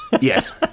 Yes